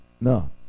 No